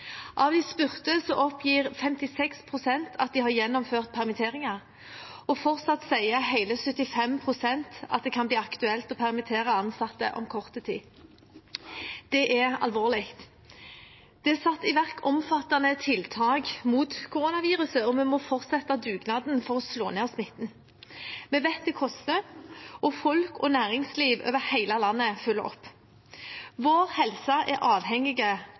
Av de spurte oppgir 56 pst. at de har gjennomført permitteringer, og fortsatt sier hele 75 pst. at det kan bli aktuelt å permittere ansatte om kort tid. Det er alvorlig. Det er satt i verk omfattende tiltak mot koronaviruset, og vi må vi fortsette dugnaden for å slå ned smitten. Vi vet at det koster, og folk og næringsliv over hele landet følger opp. Vår helse er